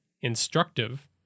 instructive